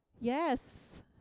Yes